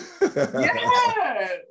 yes